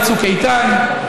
לצוק איתן.